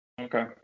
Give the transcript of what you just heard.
Okay